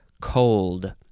cold